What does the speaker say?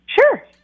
Sure